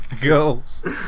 goes